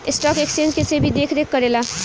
stock exchange के सेबी देखरेख करेला